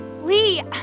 Lee